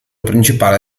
principale